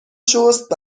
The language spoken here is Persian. شست